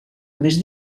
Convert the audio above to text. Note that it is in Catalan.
més